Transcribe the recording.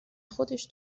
خودش